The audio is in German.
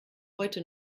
heute